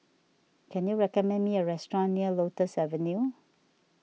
can you recommend me a restaurant near Lotus Avenue